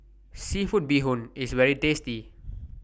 Seafood Bee Hoon IS very tasty